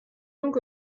donc